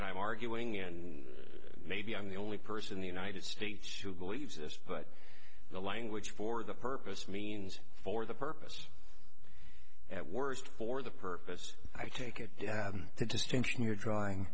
that i'm arguing and maybe i'm the only person in the united states who believes this but the language for the purpose means for the purpose at worst for the purpose i take it the distinction you're drawing